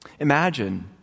Imagine